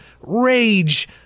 rage